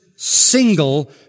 Single